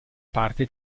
parte